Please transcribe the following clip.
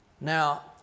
Now